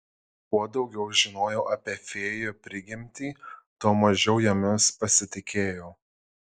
kuo daugiau žinojau apie fėjų prigimtį tuo mažiau jomis pasitikėjau